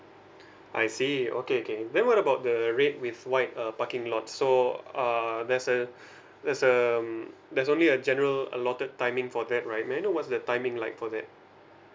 I see okay okay then what about the red with white uh parking lots so err there's a there's um there's only a general allotted timing for that right may I know what's the timing like for that